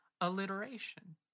alliteration